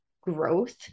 growth